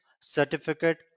certificate